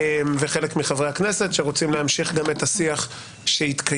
וחלק מחברי הכנסת שרוצים להמשיך גם את השיח שהתקיים.